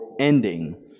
ending